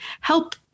help